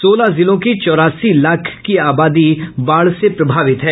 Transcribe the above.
सोलह जिले की चौरासी लाख की आबादी बाढ़ से प्रभावित है